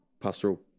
pastoral